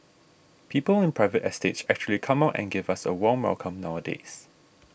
people in private estates actually come out and give us a warm welcome nowadays